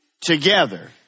Together